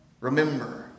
Remember